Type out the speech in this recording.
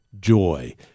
joy